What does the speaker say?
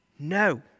No